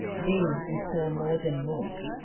they, who saw more than most,